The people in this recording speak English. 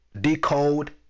decode